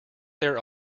there